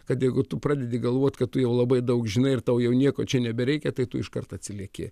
kad jeigu tu pradedi galvoti kad tu jau labai daug žinai ir tau jau nieko čia nebereikia tai tu iškart atsilieki